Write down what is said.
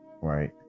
right